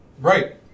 right